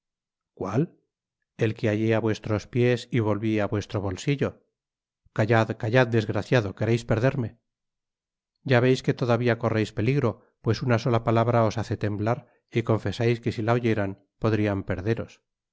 cuál el que hallé á vuestros piés y volvi á vuestro bolsillo callad callad desgraciado quereis perderme ya veis que todavia correis peligro pues una sola palabra os hace temblar y confesais que si la oyeran podrian perderos